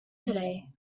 today